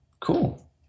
Cool